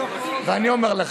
ואני אומר לך,